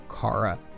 Kara